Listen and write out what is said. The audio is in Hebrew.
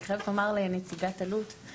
אני חייבת לומר לנציגת אקי"ם